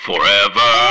Forever